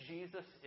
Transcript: Jesus